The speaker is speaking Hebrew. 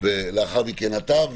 ולאחר מכן לך.